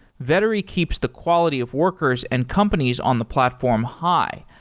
vettery keeps the quality of workers and companies on the platform high,